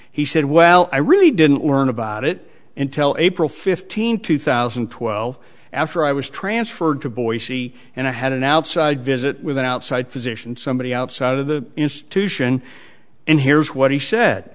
he said well i really didn't learn about it and tell april fifteenth two thousand and twelve after i was transferred to boise and i had an outside visit with an outside physician somebody outside of the institution and here's what he said